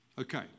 okay